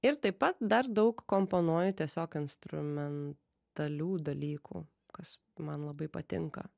ir taip pat dar daug komponuoja tiesiog instrumentalių dalykų kas man labai patinka